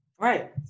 Right